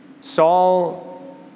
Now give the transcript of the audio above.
Saul